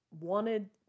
wanted